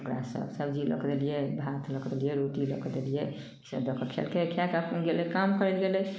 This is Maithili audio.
ओकरासँ सबजी लऽ कऽ देलियै भात लऽ कऽ देलियै रोटी लऽ कऽ देलियै फेन दऽ कऽ खयलकै खाए कऽ अपन गेलै काम करए लै गेलै